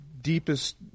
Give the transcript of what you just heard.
deepest